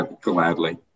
Gladly